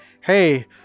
hey